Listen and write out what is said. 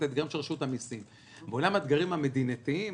בעולם האתגרים המדינתיים